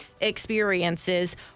experiences